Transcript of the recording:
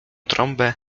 trąbę